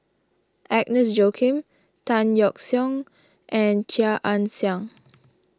Agnes Joaquim Tan Yeok Seong and Chia Ann Siang